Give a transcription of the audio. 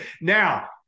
now